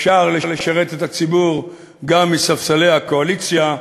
אפשר לשרת את הציבור גם מספסלי הקואליציה.